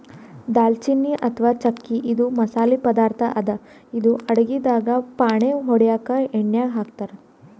ದಾಲ್ಚಿನ್ನಿ ಅಥವಾ ಚಕ್ಕಿ ಇದು ಮಸಾಲಿ ಪದಾರ್ಥ್ ಅದಾ ಇದು ಅಡಗಿದಾಗ್ ಫಾಣೆ ಹೊಡ್ಯಾಗ್ ಎಣ್ಯಾಗ್ ಹಾಕ್ತಾರ್